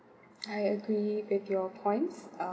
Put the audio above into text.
I agreed with your points